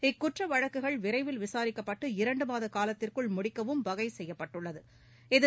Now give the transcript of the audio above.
இக்குற்றவழக்குகள் விரைவில் விசாரிக்கப்பட்டு இரண்டுமாதகாலத்திற்குள் முடிக்கவும் வகைசெய்யப்பட்டுள்ளது